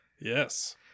Yes